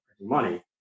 money